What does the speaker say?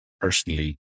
personally